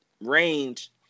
range